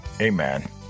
Amen